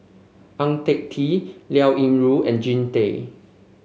Ang Tay Tee Liao Yingru and Jean Tay